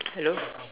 hello